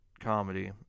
comedy